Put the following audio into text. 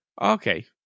Okay